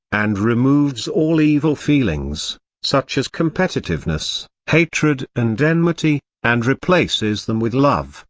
and removes all evil feelings such as competitiveness, hatred and enmity and replaces them with love,